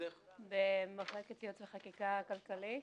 מחלקת ייעוץ וחקיקה כלכלית.